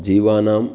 जीवानां